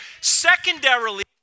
Secondarily